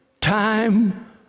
time